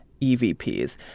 evps